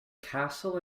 castle